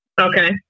okay